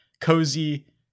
cozy